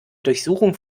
durchsuchung